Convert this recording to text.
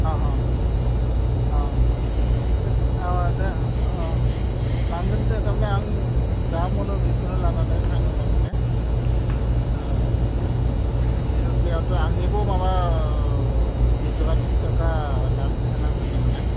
दे लांगोनदे थारमाने आं जा मुनो बेखोनो लानानै फानो थारमाने केजिआवथ' आंनावबु माबा दुइथाखा तिनथाखा लाब थानांगोन ना